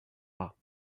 pas